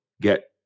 Get